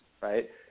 right